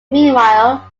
meanwhile